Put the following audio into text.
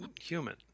human